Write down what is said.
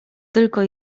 tylko